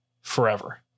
forever